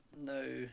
No